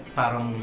parang